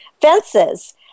fences